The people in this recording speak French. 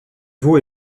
veau